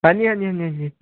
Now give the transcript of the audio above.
ਹਾਂਜੀ ਹਾਂਜੀ ਹਾਂਜੀ ਹਾਂਜੀ